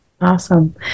Awesome